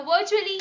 virtually